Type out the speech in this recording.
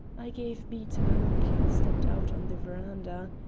i gave beaton a look and stepped out on the veranda.